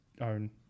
own